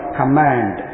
command